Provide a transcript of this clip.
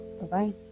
Bye-bye